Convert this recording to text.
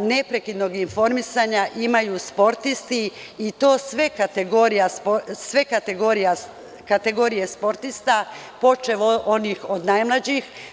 neprekidnog informisanja imaju sportisti i to sve kategorije sportista, počev od najmlađih.